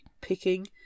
picking